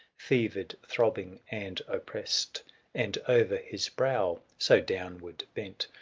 fevered, throbbing, and opprest and o'er his brow, so downward bent.